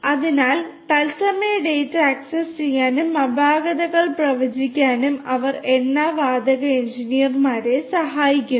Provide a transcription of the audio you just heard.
അതിനാൽ തത്സമയ data access ചെയ്യാനും അപാകതകൾ പ്രവചിക്കാനും അവർ എണ്ണ വാതക എഞ്ചിനീയർമാരെ സഹായിക്കുന്നു